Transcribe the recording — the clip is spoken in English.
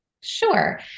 Sure